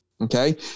Okay